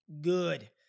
Good